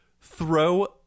throw